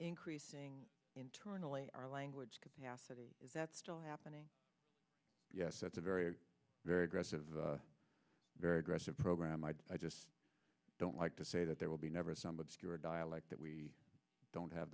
increasing finally our language capacity is that still happening yes it's a very very aggressive very aggressive program i just don't like to say that there will be never somebody dialect that we don't have